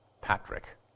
Patrick